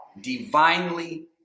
divinely